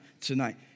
tonight